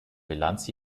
bilanz